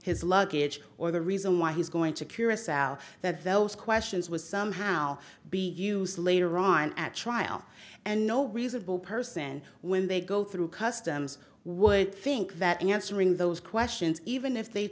his luggage or the reason why he's going to curacao that those questions was somehow be used later on at trial and no reasonable person when they go through customs would think that answering those questions even if they